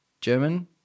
German